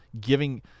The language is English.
giving